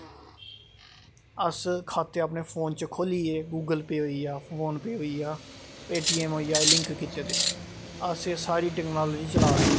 अस खाते अपने फोन च खो'ल्लियै गूगल पे होइया फोन पे होइया पे टी एम होइया एह् लिंक कीते दे अस एह् सारी टेक्नोलाॅजी चला दे आं